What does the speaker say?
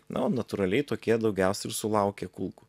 na o natūraliai tokie daugiausia ir sulaukia kulkų